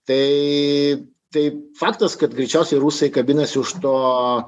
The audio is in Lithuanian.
tai tai faktas kad greičiausiai rusai kabinasi už to